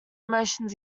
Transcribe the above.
motions